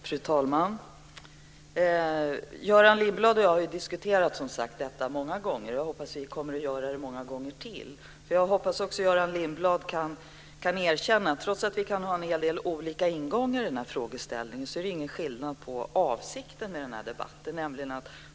Fru talman! Göran Lindblad och jag har som sagt diskuterat detta många gånger. Jag hoppas att vi kommer att göra det många gånger till. Jag hoppas också att Göran Lindblad kan erkänna att trots att vi kan ha en hel del olika ingångar i den här frågeställningen är det ingen skillnad när det gäller avsikten i den här debatten.